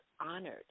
honored